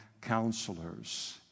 counselors